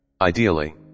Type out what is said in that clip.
Ideally